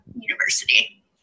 university